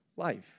life